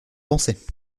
pensais